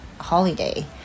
holiday